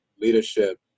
leadership